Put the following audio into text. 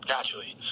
Naturally